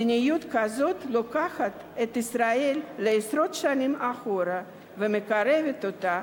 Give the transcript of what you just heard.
מדיניות כזאת לוקחת את ישראל עשרות שנים אחורה ומקרבת אותה